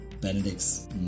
Benedict's